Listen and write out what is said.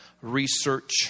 research